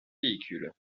véhicule